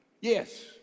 Yes